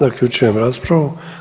Zaključujem raspravu.